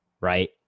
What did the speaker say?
right